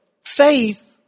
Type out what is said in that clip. faith